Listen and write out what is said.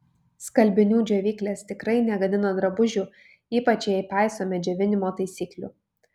skalbinių džiovyklės tikrai negadina drabužių ypač jei paisome džiovinimo taisyklių